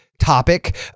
topic